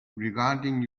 regarding